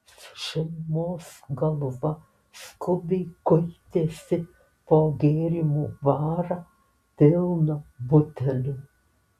šeimos galva skubiai kuitėsi po gėrimų barą pilną butelių